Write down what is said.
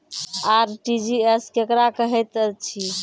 RTGS केकरा कहैत अछि?